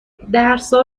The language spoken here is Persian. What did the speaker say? درسا